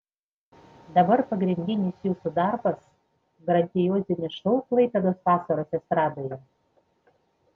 dabar pagrindinis jūsų darbas grandiozinis šou klaipėdos vasaros estradoje